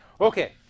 Okay